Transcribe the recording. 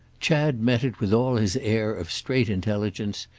chad met it with all his air of straight intelligence,